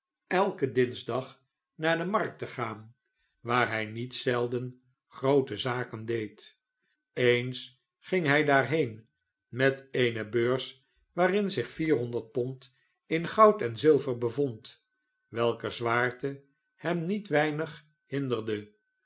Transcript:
elken dinsdagnaar de markt te gaan waar hij niet zeldengroote zaken deed eens ging hij daarheen met eene beurs waarin zich vierhonderd pond in goud en zilver bevond welker zwaarte hem niet weinig hinderde